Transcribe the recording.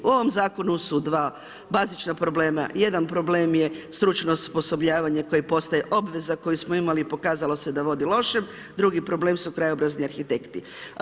U ovom zakonu su 2 bazična problema, jedan problem je stručno osposobljavanje, koja postaje obveza, koju smo imali i pokazalo se da vodi loše, drugi problemi su krajobrazni arhitekti.